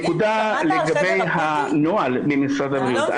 נקודה לגבי הנוהל במשרד הבריאות.